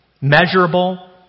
measurable